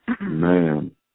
man